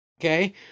Okay